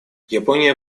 япония